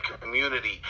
community